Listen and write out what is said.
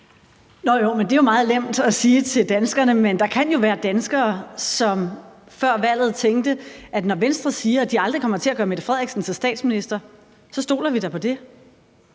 Det er meget nemt at sige til danskerne, men der kan jo være danskere, som før valget tænkte, at når Venstre siger, at de aldrig kommer til at gøre Mette Frederiksen til statsminister, så stoler vi da på det.